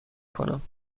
کنم